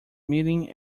meeting